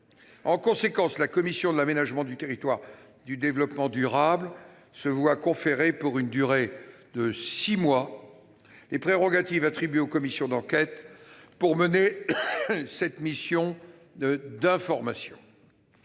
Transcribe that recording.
En conséquence, la commission de l'aménagement du territoire et du développement durable se voit conférer, pour une durée de six mois, les prérogatives attribuées aux commissions d'enquête pour mener cette mission d'information.